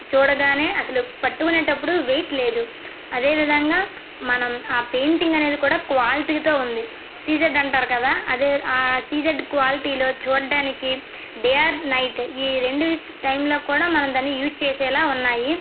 చూడగానే అసలు పట్టుకునేటప్పుడు వెయిట్ లేదు అదే విధంగా మనం ఆ పెయింటింగ్ అనేది కూడా క్వాలిటీతో ఉంది సిజెడ్ అంటారు కదా అదే సిజెడ్ క్వాలిటీలో చూడటానికి డే ఆర్ నైట్ ఈ రెండు టైమ్లో కూడా మనం దాన్ని యూస్ చేసేలా ఉన్నాయి